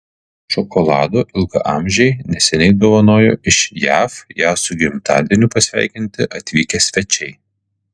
šokolado ilgaamžei neseniai dovanojo iš jav ją su gimtadieniu pasveikinti atvykę svečiai